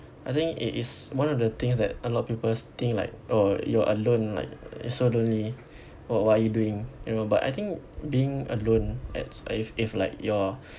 I think it is one of the things that a lot of people think like oh you're alone like so lonely oh what are you doing you know but I think being alone adds if if like you're